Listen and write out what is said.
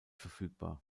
verfügbar